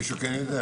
מישהו כן יודע?